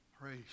Praise